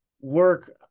work